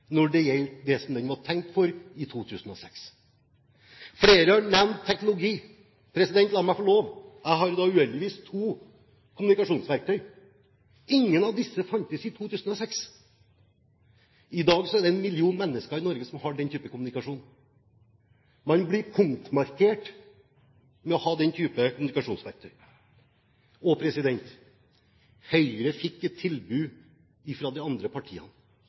når det gjelder det som det var tenkt for i 2006. Flere har nevnt teknologi. La meg få lov til å si: Jeg har uheldigvis to kommunikasjonsverktøy. Ingen av disse fantes i 2006. I dag er det en million mennesker i Norge som har den type kommunikasjon. Man blir punktmarkert ved å ha den type kommunikasjonsverktøy. Og Høyre fikk et tilbud fra de andre partiene